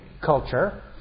culture—